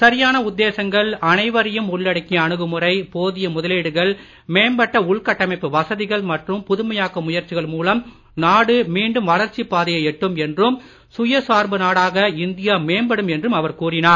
சரியான உத்தேசங்கள் அனைவரையும் உள்ளடக்கிய அணுகுமுறை போதிய முதலீடுகள் மேம்பட்ட உள்கட்டமைப்பு வசதிகள் மற்றும் புதுமையாக்க முயற்சிகள் மூலம் நாடு மீண்டும் வளர்ச்சிப் பாதையை எட்டும் என்றும் சுய சார்பு நாடாக இந்தியா மேம்படும் என்றும் அவர் கூறினார்